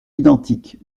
identiques